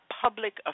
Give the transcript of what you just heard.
public